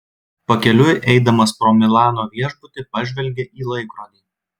pakeliui eidamas pro milano viešbutį pažvelgė į laikrodį